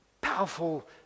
powerful